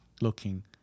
looking